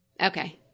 Okay